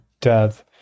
death